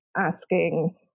asking